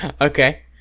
Okay